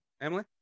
Emily